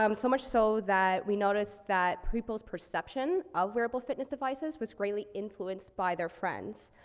um so much so, that we noticed that people's perception of wearable fitness devices was greatly influenced by their friends.